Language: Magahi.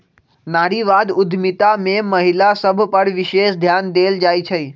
नारीवाद उद्यमिता में महिला सभ पर विशेष ध्यान देल जाइ छइ